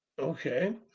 okay